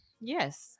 Yes